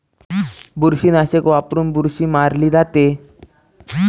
बुरशीनाशक वापरून बुरशी मारली जाते